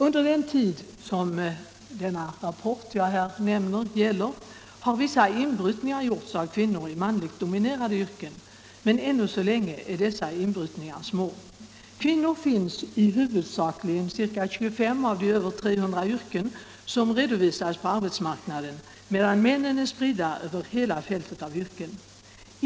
Under den tid som den här nämnda rapporten gäller har vissa inbrytningar gjorts av kvinnor i manligt dominerade yrken, men ännu så länge är dessa inbrytningar små. Kvinnorna finns huvudsakligen i ca 25 av de över 300 yrken som finns redovisade på arbetsmarknaden, medan männen är spridda över hela fältet av yrken.